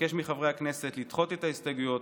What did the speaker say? אבקש מחברי הכנסת לדחות את ההסתייגויות